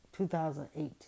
2018